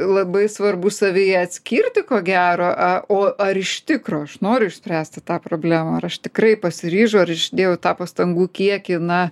labai svarbu savyje atskirti ko gero a o ar iš tikro aš noriu išspręsti tą problemą ar aš tikrai pasiryžau ar aš įdėjau tą pastangų kiekį na